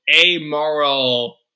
amoral